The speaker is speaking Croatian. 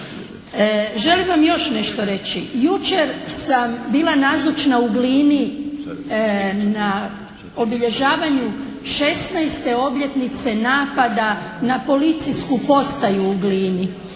Želim vam još nešto reći. Jučer sam bila nazočna u Glini na obilježavanju 16. obljetnice napada na Policijsku postaju u Glini.